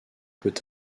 peut